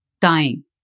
dying